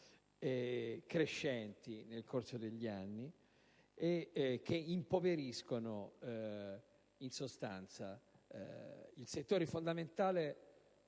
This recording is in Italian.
e crescenti nel corso degli anni, che impoveriscono il settore fondamentale